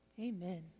Amen